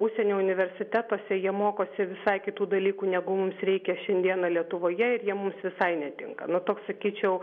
užsienio universitetuose jie mokosi visai kitų dalykų negu mums reikia šiandieną lietuvoje ir jie mums visai netinka na toks sakyčiau